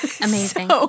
Amazing